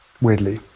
weirdly